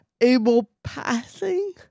able-passing